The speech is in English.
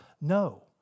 No